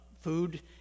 food